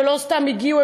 שלא סתם הגיעו,